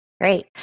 Great